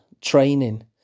training